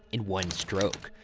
in one stroke,